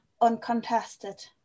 uncontested